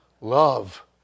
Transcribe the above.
love